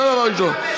זה דבר ראשון.